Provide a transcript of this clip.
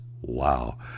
Wow